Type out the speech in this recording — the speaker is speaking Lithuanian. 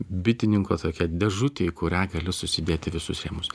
bitininko tokia dėžutė į kurią gali susidėti visus rėmus